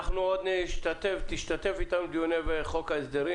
אתה עוד תשתתף אתנו בדיונים בחוק ההסדרים